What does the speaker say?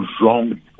wrong